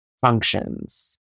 functions